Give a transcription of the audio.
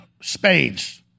spades